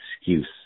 excuse